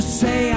say